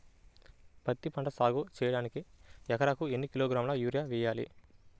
పత్తిపంట సాగు చేయడానికి ఎకరాలకు ఎన్ని కిలోగ్రాముల యూరియా వేయాలి?